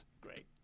great